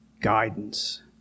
guidance